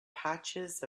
patches